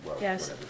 yes